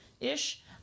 ish